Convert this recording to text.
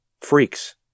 freaks